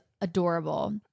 adorable